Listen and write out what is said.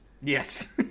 Yes